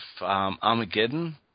Armageddon